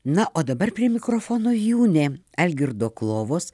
na o dabar prie mikrofono jūnė algirdo klovos